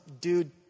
dude